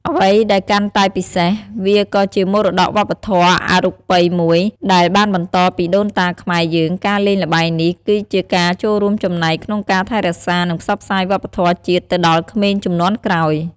អ្វីដែលកាន់តែពិសេស វាក៏ជាមរតកវប្បធម៌អរូបីមួយ ដែលបានបន្តពីដូនតាខ្មែរយើង ការលេងល្បែងនេះ គឺជាការចូលរួមចំណែកក្នុងការថែរក្សា និងផ្សព្វផ្សាយវប្បធម៌ជាតិទៅដល់ក្មេងជំនាន់ក្រោយ។